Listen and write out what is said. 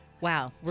Wow